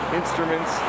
instruments